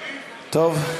טוב.